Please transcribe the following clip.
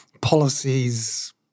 policies